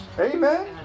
amen